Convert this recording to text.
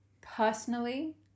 Personally